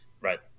right